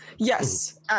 Yes